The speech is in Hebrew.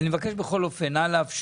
אהיה